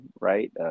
right